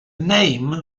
name